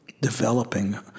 developing